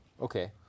Okay